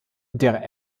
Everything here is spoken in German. der